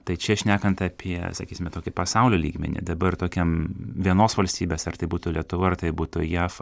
tai čia šnekant apie sakysime tokį pasaulio lygmenį dabar tokiam vienos valstybės ar tai būtų lietuva ar tai būtų jav